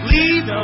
Leave